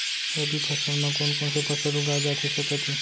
रबि फसल म कोन कोन से फसल उगाए जाथे सकत हे?